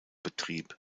betrieb